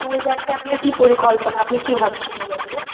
তো ওই ব্যাপারে আপনার কি পরিকল্পনা আপনি কি ভাবছেন ওই ব্যাপারে